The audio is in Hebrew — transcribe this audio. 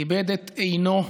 איבד את עינו,